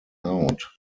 out